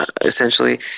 essentially